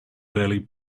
barely